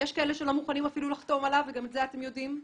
יש כאלה שאפילו לא מוכנים לחתום עליו וגם את זה אתם יודעים,